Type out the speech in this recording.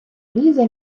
лізе